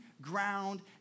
ground